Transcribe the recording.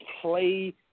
play